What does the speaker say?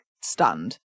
stunned